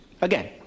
Again